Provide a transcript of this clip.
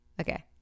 Okay